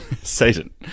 Satan